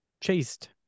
chased